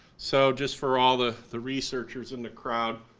so, just for all the the researchers in the crowd,